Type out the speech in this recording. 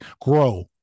Grow